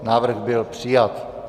Návrh byl přijat.